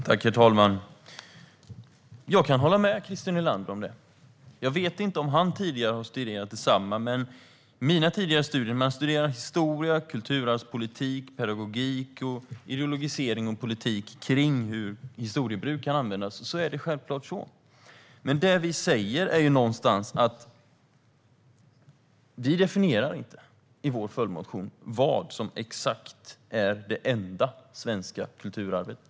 Herr talman! Jag kan hålla med Christer Nylander om det. Jag vet inte om han tidigare har studerat detsamma, men i mina tidigare studier studerade man historia, kulturarvspolitik, pedagogik, ideologisering och politik kring hur historiebruk kan användas. Det är självklart så. Det vi säger är dock att vi i vår följdmotion inte definierar vad som till exempel exakt är det enda svenska kulturarvet.